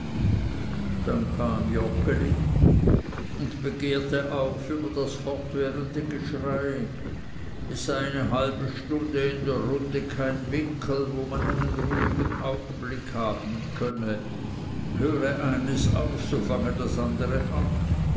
dann kam joggeli und begehrte auf über das fortwährende geschrei es sei eine halbe stunde in der runde kein winkel wo man einen ruhigen augenblick haben könne höre eines auf so fange das andere an